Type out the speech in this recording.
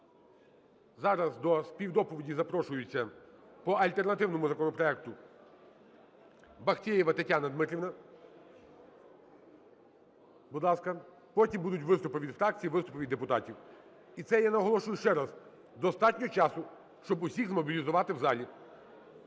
Зараз до співдоповіді запрошується по альтернативному законопроекту Бахтеєва Тетяна Дмитрівна, будь ласка. Потім будуть виступи від фракцій, виступи від депутатів. І це, я наголошую ще раз, достатньо часу, щоб усіх змобілізувати в залі.